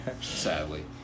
Sadly